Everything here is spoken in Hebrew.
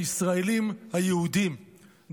הישראלים היהודים,